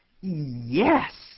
Yes